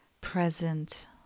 present